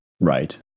Right